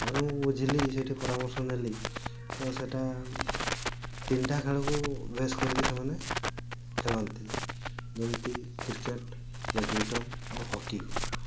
ତାପରେ ମୁଁ ବୁଝିଲି ସେଠି ପରାମର୍ଶ ନେଲି ତ ସେଟା ତିନିଟା ଖେଳକୁ ବେସ୍ କରିକି ସେମାନେ ଖେଳନ୍ତି ଯେମିତି କ୍ରିକେଟ୍ ବ୍ୟାଡ଼ମିଟନ୍ ଆଉ ହକିକୁ